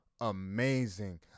amazing